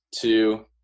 two